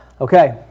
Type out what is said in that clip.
Okay